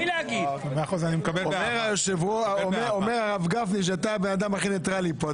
אומר הרב גפני שאתה הבן אדם הכי ניטרלי כאן.